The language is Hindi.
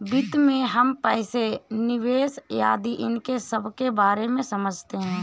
वित्त में हम पैसे, निवेश आदि इन सबके बारे में समझते हैं